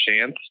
chance